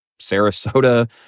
Sarasota